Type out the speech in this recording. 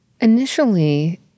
Initially